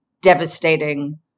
devastating